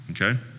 Okay